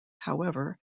however